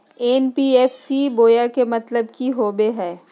NBFC बोया के मतलब कि होवे हय?